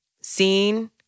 seen